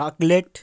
chocolate